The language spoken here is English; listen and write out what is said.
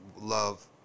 love